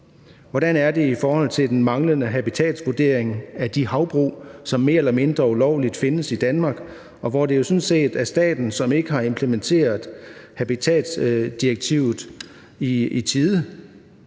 Hvordan er det i forhold til den manglende habitatsvurdering af de havbrug, som mere eller mindre ulovligt findes i Danmark, og hvor det jo sådan set er staten, som ikke har implementeret habitatdirektivet i tide?